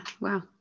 wow